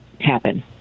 happen